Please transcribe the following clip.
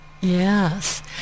Yes